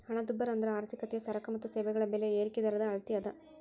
ಹಣದುಬ್ಬರ ಅಂದ್ರ ಆರ್ಥಿಕತೆಯ ಸರಕ ಮತ್ತ ಸೇವೆಗಳ ಬೆಲೆ ಏರಿಕಿ ದರದ ಅಳತಿ ಅದ